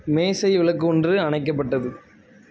மேசை விளக்கு ஒன்று அணைக்கப்பட்டது